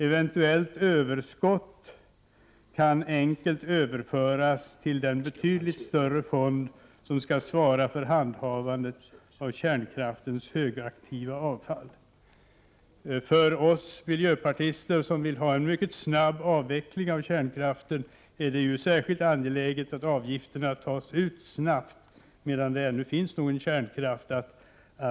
Eventuellt överskott kan enkelt överföras till den betydligt större fond som skall svara för handhavandet av kärnkraftens högaktiva avfall. För oss miljöpartister, som vill ha en mycket snabb avveckling av kärnkraften, är det ju särskilt angeläget att avgiften tas ut snabbt, medan det — Prot. 1988/89:46 ännu finns någon kärnkraft att ”mjölka”.